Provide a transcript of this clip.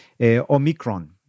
Omicron